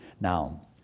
Now